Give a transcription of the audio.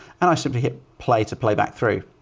and i simply hit play to play back through.